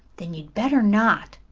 then you had better not.